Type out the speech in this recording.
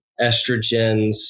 estrogens